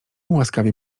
łaskawie